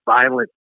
violent